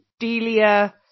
delia